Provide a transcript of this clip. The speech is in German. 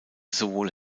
sowohl